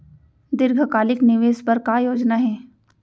दीर्घकालिक निवेश बर का योजना हे?